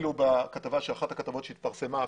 באחת הכתבות שהתפרסמה,